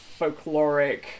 folkloric